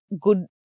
good